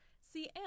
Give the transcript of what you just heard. See